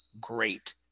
great